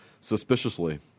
suspiciously